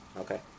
Okay